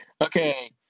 okay